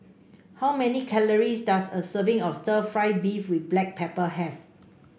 how many calories does a serving of Stir Fried Beef with Black Pepper have